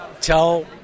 tell